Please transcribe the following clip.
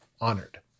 honored